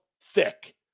thick